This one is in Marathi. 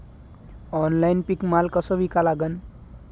ऑनलाईन पीक माल कसा विका लागन?